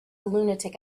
lunatic